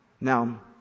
Now